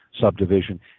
subdivision